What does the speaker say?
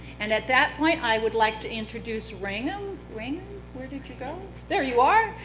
and at that point, i would like to introduce rangam rangam where did you go? there you are.